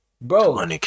Bro